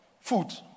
food